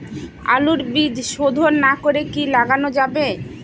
আলুর বীজ শোধন না করে কি লাগানো যাবে?